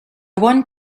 want